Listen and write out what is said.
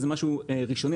זה משהו ראשוני.